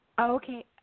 Okay